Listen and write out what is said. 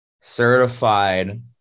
certified